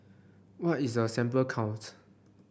what is a sample count